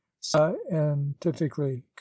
scientifically